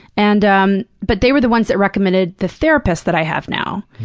and um but they were the ones that recommended the therapist that i have now,